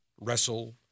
wrestle